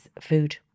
food